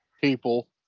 people